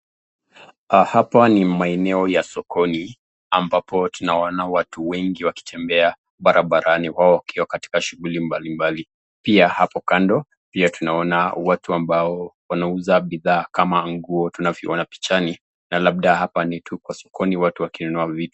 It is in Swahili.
Hapa ni maeneo ya sokoni ambapo tunaona watu wengi wakitembea barabarani wao wakiwa katika shughuli mbalimbali. Pia hapo kando pia tunaona watu ambao wanauza bidhaa kama nguo tunavyoiona pichani na labda hapa ni tu kwa sokoni watu wakinunua vitu.